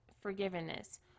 forgiveness